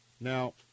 now